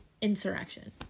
insurrection